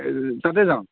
তাতে যাওঁ